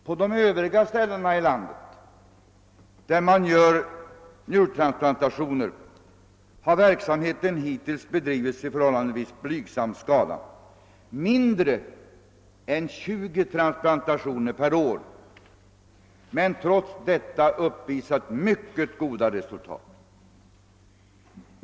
På de övriga ställen i landet där man gör njurtransplantationer har verksamheten hittills bedrivits i förhållandevis blygsam skala — mindre än 20 transplantationer per år — men trots detta uppvisat mycket goda resultat.